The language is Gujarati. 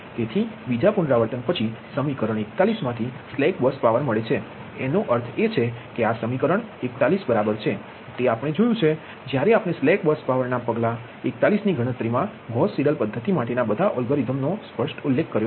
તેથી બીજા પુનરાવર્તન પછી સમીકરણ 41 માંથી સ્લેક બસ પાવર મળે છે જેનો અર્થ છે કે આ સમીકરણ 41 બરાબર છે તે આપણે જોયું છે જ્યારે આપણે સ્લેક બસ પાવરના પગલા 4 ની ગણતરીમાં ગૌસ સીડેલ પદ્ધતિ માટેના બધા અલ્ગોરિધમનો સ્પષ્ટ કરે છે